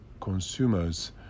consumers